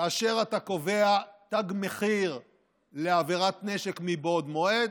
כאשר אתה קובע תג מחיר לעבירת נשק מבעוד מועד,